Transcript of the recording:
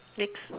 next